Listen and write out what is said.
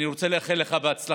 אני רוצה לאחל לך הצלחה,